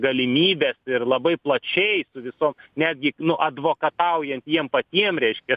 galimybes ir labai plačiai su visom netgi nu advokataujant jiem patiem reiškia